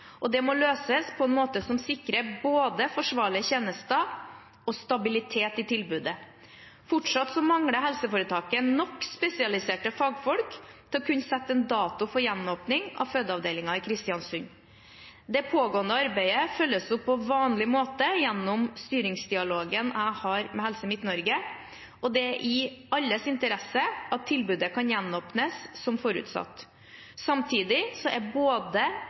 Det må løses på en måte som sikrer både forsvarlige tjenester og stabilitet i tilbudet. Fortsatt mangler helseforetaket nok spesialiserte fagfolk til å kunne sette en dato for gjenåpning av fødeavdelingen i Kristiansund. Det pågående arbeidet følges opp på vanlig måte gjennom styringsdialogen jeg har med Helse Midt-Norge. Det er i alles interesse at tilbudet kan gjenåpnes som forutsatt. Samtidig er både